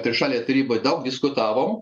trišalėj taryboj daug diskutavom